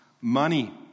money